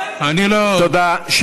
אני לא, תודה.